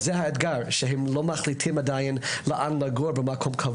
האתגר הוא כי הם עדיין לא מחליטים על מקום מגורים קבוע